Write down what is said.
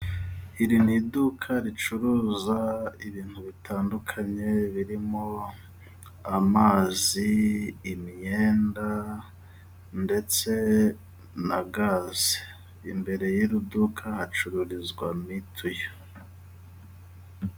Iri ni iduka ricuruza ibintu bitandukanye birimo amazi, imyenda ndetse na gaze. Imbere y'iri duka hacururizwa mituyu.